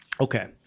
okay